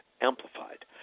amplified